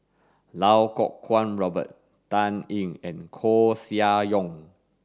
Iau Kuo Kwong Robert Dan Ying and Koeh Sia Yong